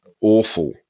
awful